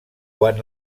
quan